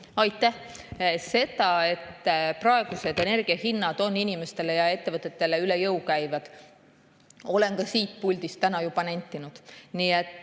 Aitäh! Seda, et praegused energiahinnad inimestele ja ettevõtetele üle jõu käivad, olen ka siit puldist täna juba nentinud.